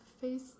face